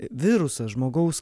virusas žmogaus